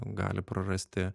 gali prarasti